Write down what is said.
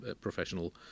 professional